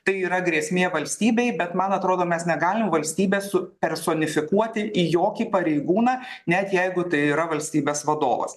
tai yra grėsmė valstybei bet man atrodo mes negalim valstybę supersonifikuoti į jokį pareigūną net jeigu tai yra valstybės vadovas